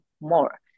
more